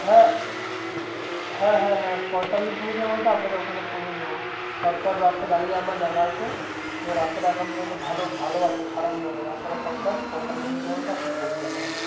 হ্যাঁ হ্যাঁ হ্যাঁ হ্যাঁ পয়তাল্লিশ মিনিটের মধ্যে আপনাকে ওখানে পৌঁছে দেব শর্টকাট রাস্তা জানি আমার জানা আছে তো রাস্তাটা এখন পর্যন্ত ভালো ভালো আছে ভালো আছে খারাপ নয় রাস্তাটা শর্টকাট পঁয়তাল্লিশ মিনিটের মধ্যে পৌঁছে যাবেন ওখানে